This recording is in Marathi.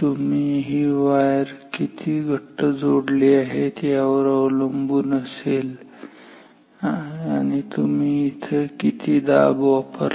तुम्ही या वायर किती घट्ट जोडले आहेत यावर अवलंबून असेल आणि तुम्ही तेथे किती दाब वापरला